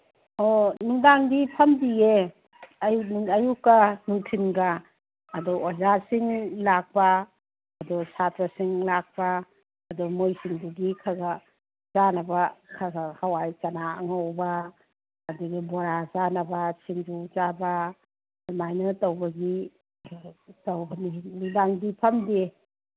ꯑꯣ ꯅꯨꯡꯗꯥꯡꯗꯤ ꯐꯝꯗꯤꯌꯦ ꯑꯩ ꯑꯌꯨꯛꯀ ꯅꯨꯡꯊꯤꯟꯒ ꯑꯗꯨ ꯑꯣꯖꯥꯁꯤꯡ ꯂꯥꯛꯄ ꯑꯗꯨ ꯁꯥꯇ꯭ꯔꯁꯤꯡ ꯂꯥꯛꯄ ꯑꯗꯨ ꯃꯣꯏꯁꯤꯡꯁꯤꯒꯤ ꯈꯒ ꯆꯥꯅꯕ ꯈꯒ ꯍꯋꯥꯏ ꯆꯅꯥ ꯑꯉꯧꯕ ꯑꯗꯒꯤ ꯕꯣꯔꯥ ꯆꯥꯅꯕ ꯁꯤꯡꯖꯨ ꯆꯥꯕ ꯑꯗꯨꯃꯥꯏꯅ ꯇꯧꯕꯒꯤ ꯇꯧꯕꯅꯤ ꯅꯨꯡꯗꯥꯡꯗꯤ ꯐꯝꯗꯦ